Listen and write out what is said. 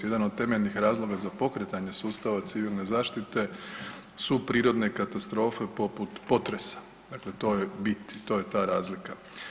Jedan od temeljnih razloga za pokretanje sustava civilne zaštite su prirodne katastrofe poput potresa, dakle to je bit i to je ta razlika.